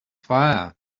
fire